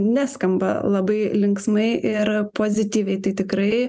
neskamba labai linksmai ir pozityviai tai tikrai